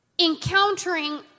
encountering